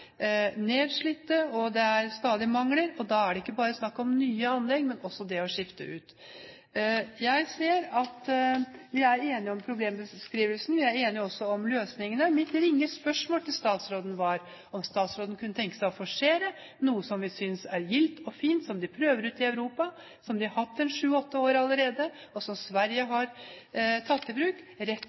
stadig mangler. Da er det ikke bare snakk om nye anlegg, men også om det å skifte ut. Jeg ser at vi er enige om problembeskrivelsen, og vi er også enige om løsningene. Mitt ringe spørsmål til statsråden var om statsråden kunne tenke seg å forsere noe som vi synes er gildt og fint, som de prøver ut i Europa, som de har hatt en sju–åtte år allerede, og som Sverige har tatt i bruk.